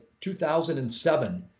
2007